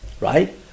right